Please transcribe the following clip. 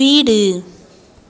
வீடு